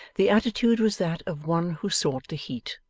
the attitude was that of one who sought the heat.